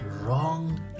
Wrong